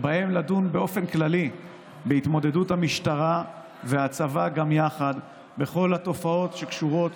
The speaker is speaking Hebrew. לדון באופן כללי בהתמודדות המשטרה והצבא גם יחד בכל התופעות שקשורות